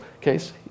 case